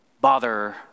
bother